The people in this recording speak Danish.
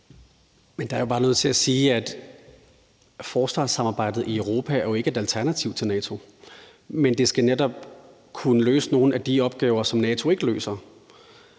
forsvarssamarbejdet i Europa jo ikke er et alternativ til NATO, men at det netop skal kunne løse nogle af de opgaver, som NATO ikke løser,